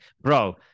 bro